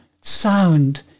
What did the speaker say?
sound